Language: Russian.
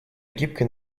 гибкой